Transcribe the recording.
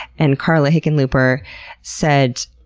and carla hickenlooper said,